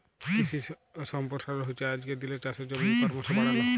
কিশি সম্পরসারল হচ্যে আজকের দিলের চাষের জমিকে করমশ বাড়াল